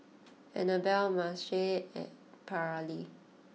Annabella Marcel and Paralee